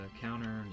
counter